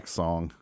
song